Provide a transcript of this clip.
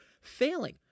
failing